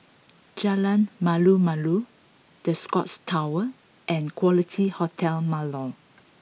Jalan Malu Malu The Scotts Tower and Quality Hotel Marlow